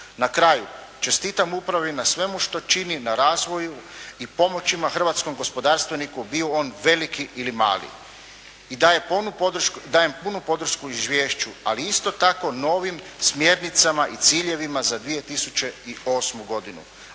Na kraju, čestitam upravi na svemu što čini, na razvoju i pomoćima hrvatskom gospodarstveniku bio on veliki ili mali i dajem punu podršku izvješću, ali isto tako novim smjernicama i ciljevima za 2008. godinu,